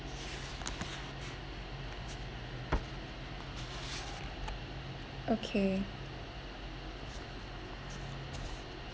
okay